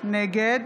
נגד